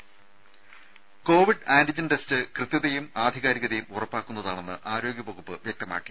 രുമ COVID antigen test കൃത്യതയും ആധികാരികതയും ഉറപ്പാക്കുന്നതാണെന്ന് ആരോഗ്യവകുപ്പ് വ്യക്തമാക്കി